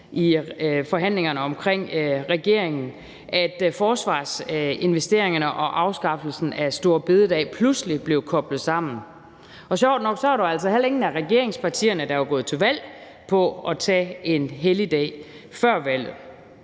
i forhandlingerne om regeringen, at forsvarsinvesteringerne og afskaffelsen af store bededag pludselig blev koblet sammen. Sjovt nok var der heller ingen af regeringspartierne, der var gået til valg på at afskaffe en helligdag. Og